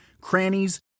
crannies